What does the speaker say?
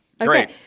Great